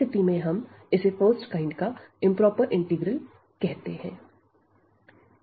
स्थिति में हम इसे फर्स्ट काइंड का इंप्रोपर इंटीग्रल कहते हैं